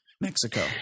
Mexico